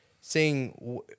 seeing